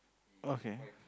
okay